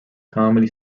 comedy